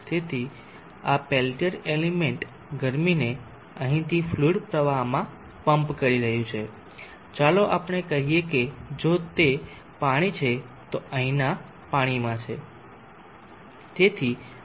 તેથી આ Peltier element ગરમીને અહીંથી ફ્લુઇડ પ્રવાહમાં પમ્પ કરી રહ્યું છે ચાલો આપણે કહીએ કે જો તે પાણી છે તો અહીંના પાણીમાં છે